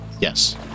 Yes